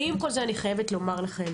עם כל זאת אני חייבת לומר לכם,